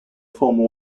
former